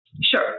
Sure